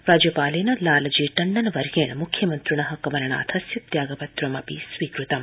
राज्यपालेन लालजी टण्डनेन मुख्यमन्त्रिण कमलनाथस्य त्यागपत्रं स्वीकृतम्